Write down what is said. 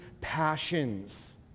passions